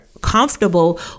comfortable